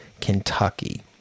Kentucky